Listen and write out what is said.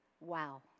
Wow